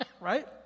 right